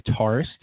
guitarist